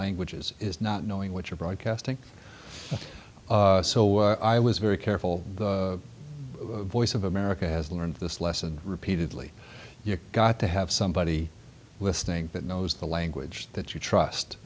languages is not knowing what you're broadcasting so i was very careful the voice of america has learned this lesson repeatedly you got to have some listening that knows the language that you trust